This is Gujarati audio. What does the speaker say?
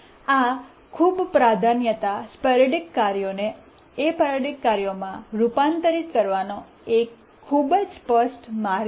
આ ખૂબ પ્રાધાન્યતા સ્પોરૈડિક કાર્યોને એપરિઓડિક કાર્યોમાં રૂપાંતરિત કરવાનો એક ખૂબ જ સ્પષ્ટ માર્ગ છે